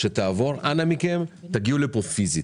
שתעבור אנא תגיעו לפה פיזית.